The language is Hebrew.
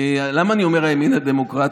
למה אני אומר שהימין הוא דמוקרט?